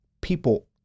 people